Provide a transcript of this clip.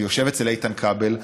ויושב אצל איתן כבל,